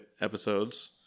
episodes